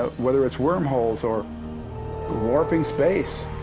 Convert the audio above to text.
ah whether it's wormholes or warping space.